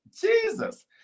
Jesus